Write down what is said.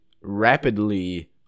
rapidly